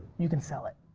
you can sell it.